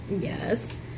Yes